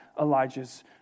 Elijah's